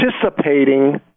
participating